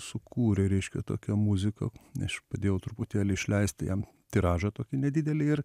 sukūrė reiškia tokią muziką aš padėjau truputėlį išleisti jam tiražą tokį nedidelį ir